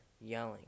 yelling